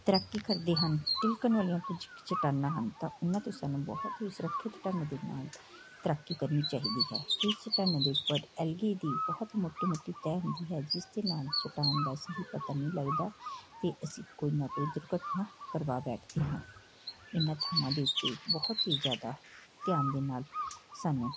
ਤੈਰਾਕੀ ਕਰਦੇ ਹਨ ਤਿਲਕਣ ਵਾਲੀਆਂ ਕੁਝ ਕੁ ਚਟਾਨਾਂ ਹਨ ਤਾਂ ਉਹਨਾਂ ਤੋਂ ਸਾਨੂੰ ਬਹੁਤ ਹੀ ਸੁਰੱਖਿਅਤ ਢੰਗ ਦੇ ਨਾਲ ਤੈਰਾਕੀ ਕਰਨੀ ਚਾਹੀਦੀ ਹੈ ਕਿ ਚਟਾਨਾਂ ਦੇ ਉੱਪਰ ਐਲਗੀ ਦੀ ਬਹੁਤ ਮੋਟੀ ਮੋਟੀ ਤਹਿ ਹੁੰਦੀ ਹੈ ਜਿਸ ਦੇ ਨਾਲ ਚਟਾਨ ਦਾ ਸਹੀ ਪਤਾ ਨਹੀਂ ਲੱਗਦਾ ਅਤੇ ਅਸੀਂ ਕੋਈ ਨਾ ਕੋਈ ਦੁਰਘਟਨਾ ਕਰਵਾ ਬੈਠਦੇ ਹਾਂ ਇਹਨਾਂ ਥਾਵਾਂ ਦੇ ਉੱਤੇ ਬਹੁਤ ਹੀ ਜ਼ਿਆਦਾ ਧਿਆਨ ਦੇ ਨਾਲ ਸਾਨੂੰ